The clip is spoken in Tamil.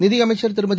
நிதியமைச்சர் திருமதி